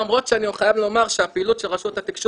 למרות שאני חייב לומר שהפעילות של רשות התקשוב